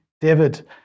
David